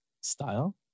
Style